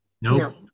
No